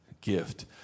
gift